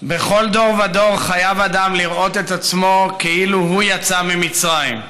בכל דור ודור חייב אדם לראות את עצמו כאילו הוא יצא ממצרים,